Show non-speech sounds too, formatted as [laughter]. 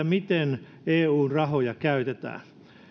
[unintelligible] miten eun rahoja käytetään